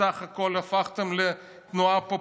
היה יועצו הכלכלי של ראש הממשלה נתניהו.